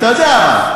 אתה יודע,